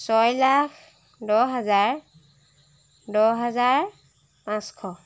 ছয় লাখ দহ হাজাৰ দহ হাজাৰ পাঁচশ